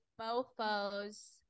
Mofos